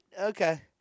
Okay